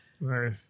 Right